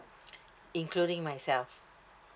including myself